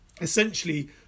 essentially